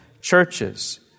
churches